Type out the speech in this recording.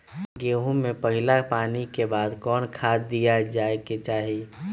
गेंहू में पहिला पानी के बाद कौन खाद दिया के चाही?